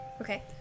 Okay